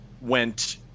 went